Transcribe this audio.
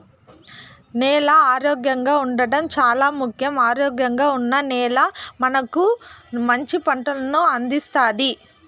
నేల ఆరోగ్యంగా ఉండడం చానా ముఖ్యం, ఆరోగ్యంగా ఉన్న నేల మనకు మంచి పంటలను అందిస్తాది